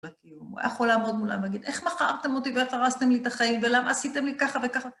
הוא יכול לעמוד מולה ולהגיד, איך מכרתם אותי ואתה הרסתם לי את החיים ולמה עשיתם לי ככה וככה?